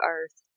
Earth